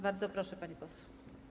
Bardzo proszę, pani poseł.